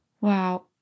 Wow